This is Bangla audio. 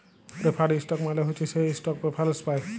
প্রেফার্ড ইস্টক মালে হছে সে ইস্টক প্রেফারেল্স পায়